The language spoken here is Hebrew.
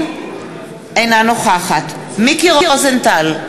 אינה נוכחת מיקי רוזנטל,